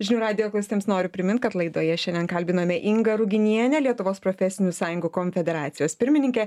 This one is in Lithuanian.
žinių radijo klausytojams noriu primint kad laidoje šiandien kalbinome ingą ruginienę lietuvos profesinių sąjungų konfederacijos pirmininkę